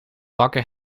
bakker